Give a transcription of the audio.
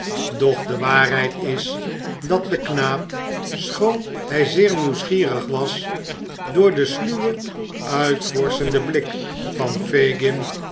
doch de waarheid is dat de knaap schoon hij zeer nieuwsgierig was door den sluwen uitvorschenden blik van fagin